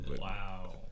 Wow